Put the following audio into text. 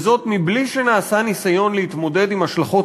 וזאת מבלי שנעשה ניסיון להתמודד עם השלכות